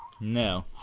No